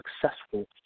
successful